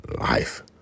life